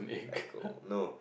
I go no